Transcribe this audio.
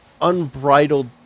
unbridled